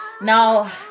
Now